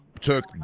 took